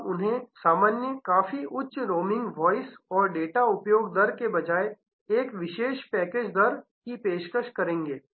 आप उन्हें सामान्य काफी उच्च रोमिंग वॉइस और डेटा उपयोग दर के बजाय एक विशेष पैकेज दर की पेशकश करेंगे